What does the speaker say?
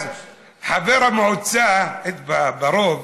חבר המועצה אצלנו, לרוב,